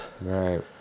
Right